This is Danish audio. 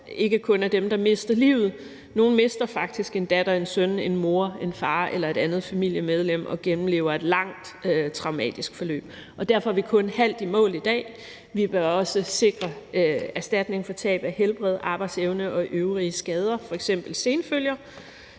ikke kun er dem, der mister livet. Nogle mister faktisk en datter, en søn, en mor, en far eller et andet familiemedlem og gennemlever et langt traumatisk forløb. Derfor er vi kun halvt i mål i dag. Vi bør også sikre erstatning for tab af helbred, arbejdsevne og øvrige skader, f.eks. senfølger,